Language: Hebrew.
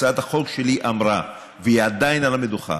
הצעת החוק שלי אמרה, והיא עדיין על המדוכה: